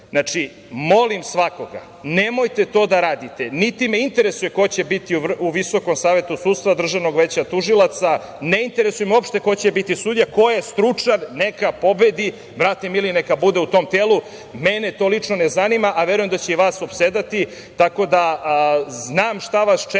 itd. Znači, molim svakoga, nemojte to da radite. Niti me interesuje ko će biti u Visokom savetu sudstva, Državnom veću tužilaca, ne interesuje me uopšte biti sudija. Ko je stručan, neka pobedi, neka bude u tom telu, mene to lično ne zanima, a verujem da će i vas opsedati. Tako da, znam šta vas čeka